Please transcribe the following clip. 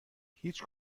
هیچ